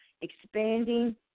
expanding